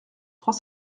trois